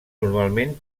normalment